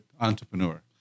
entrepreneur